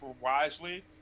wisely